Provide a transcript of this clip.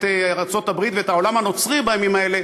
ארצות-הברית ואת העולם הנוצרי בימים האלה,